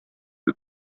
the